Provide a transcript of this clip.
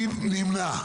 מי נמנע?